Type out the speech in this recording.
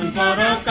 and da da